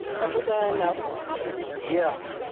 represent no sun yes.